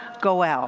Goel